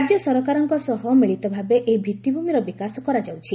ରାଜ୍ୟ ସରକାରଙ୍କ ସହ ମିଳିତ ଭାବେ ଏହି ଭିଭିମିର ବିକାଶ କରାଯାଉଛି